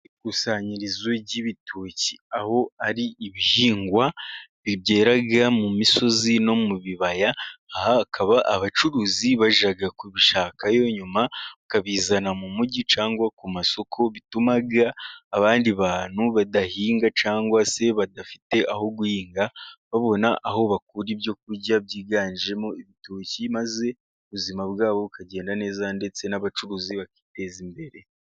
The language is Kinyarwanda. Ikusanyirizo ry'ibitoki, aho ari ibihingwa byera mu misozi no mu bibaya ahakaba abacuruzi bajya kubishakayo, nyuma bakabizana mu mujyi cyangwa ku masoko bituma abandi bantu badahinga cyangwa se badafite aho guhinga babona aho bakura ibyo kurya byiganjemo ibitoki, maze ubuzima bwabo bukagenda neza ndetse n'abacuruzi bakiteza imbere.